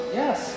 yes